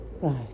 Right